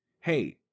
hey